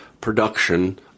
production